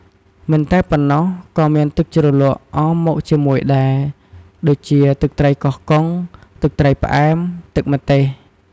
មិនតែប៉ុណ្ណោះ ក៏មានទឹកជ្រលក់អមមកជាមួយដែរ ដូចជា ទឹកត្រីកោះកុង ទឹកត្រីផ្អែម ទឹកម្ទេស។